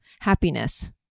happiness